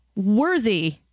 worthy